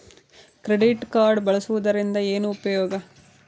Credit card ಬಳಸುವದರಿಂದ ಏನು ಉಪಯೋಗ?